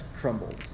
crumbles